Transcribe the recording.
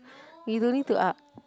you don't need to up